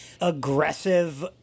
aggressive